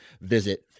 visit